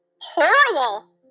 horrible